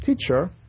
teacher